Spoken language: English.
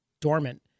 dormant